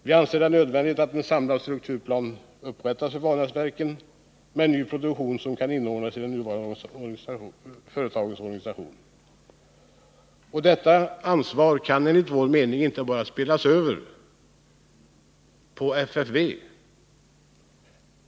Vi anser det nödvändigt att en samlad strukturplan upprättas för Vanäsverken och att denna omfattar en ny produktion som kan inordnas i företagets nuvarande organisation. Ansvaret kan enligt vår mening inte bara spelas över på FFV.